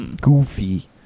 goofy